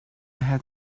had